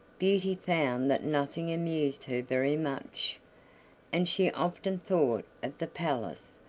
beauty found that nothing amused her very much and she often thought of the palace,